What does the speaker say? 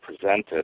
presented